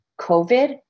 covid